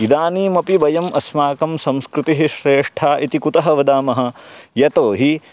इदानीमपि वयम् अस्माकं संस्कृतिः श्रेष्ठा इति कुतः वदामः यतोहि